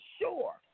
sure